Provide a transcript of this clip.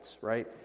right